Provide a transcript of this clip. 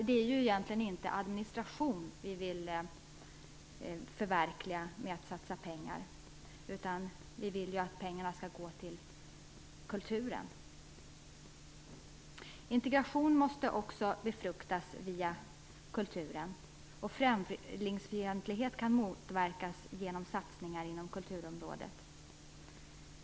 Det är ju inte administration vi vill förverkliga genom att satsa pengar, utan vi vill att pengarna skall gå till kulturen. Integration måste också befruktas via kulturen. Främlingsfientlighet kan motverkas genom satsningar inom kulturområdet.